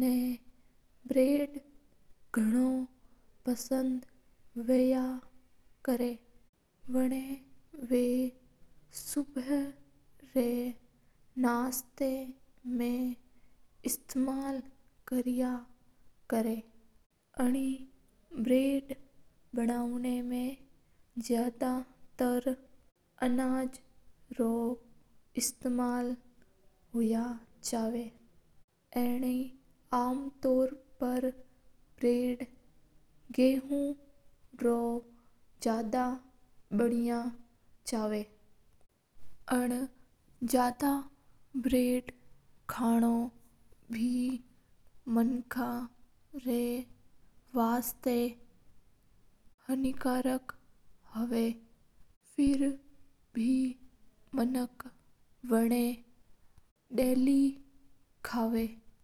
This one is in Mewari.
ने बरड़ गाणो पसंद हुय करया बा ब्रेड ने सुबह रा नास्ता में कव नो पसंद करया करे हा। आनी ब्रेड बनवण में ज्यादा तर अन्नाज रो प्रयोग को जवा है। ज्यादा तर ब्रेड गवे सा बन हा और ज्यादा ब्रेड माणका वास्ता हानिकारक हुया करया है।